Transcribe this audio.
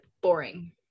boring